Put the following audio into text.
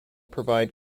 provide